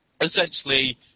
essentially